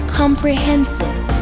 comprehensive